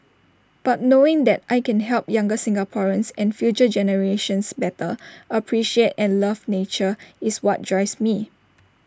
but knowing that I can help younger Singaporeans and future generations better appreciate and love nature is what drives me